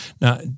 Now